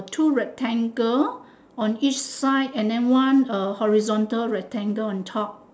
two rectangle on each side and then one uh horizontal rectangle on top